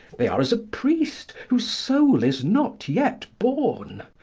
they are as a priest whose soul is not yet born.